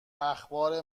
اخبار